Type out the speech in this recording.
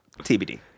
tbd